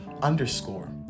underscore